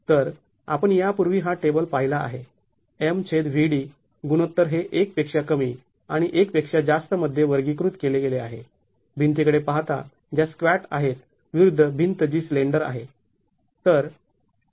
तर आपण यापूर्वी हा टेबल पाहिला आहे MVd गुणोत्तर येथे १ पेक्षा कमी आणि १ पेक्षा जास्त मध्ये वर्गीकृत केले गेले आहे भिंतीकडे पहाता ज्या स्क्वॅट आहेत विरुद्ध भिंत जी स्लेंडर आहे